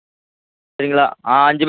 அஞ்சு பேருங்களா சரிங்க சார்